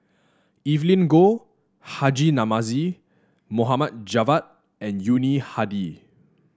Evelyn Goh Haji Namazie Mohd Javad and Yuni Hadi